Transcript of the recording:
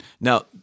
Now